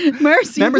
Mercy